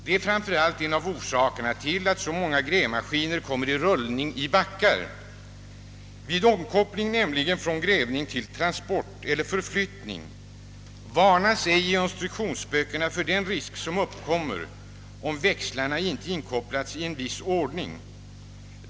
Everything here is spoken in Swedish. Det är framför allt en av orsakerna till att så många grävmaskiner kommer i rullning i backar. Vid omkoppling från grävning till transport eller förflyttning varnas ej i instruktionsböckerna för den risk som uppkommer om växlarna inte inkopplas i en viss ordning.